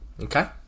Okay